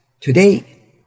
Today